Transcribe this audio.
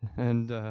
and